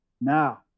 Now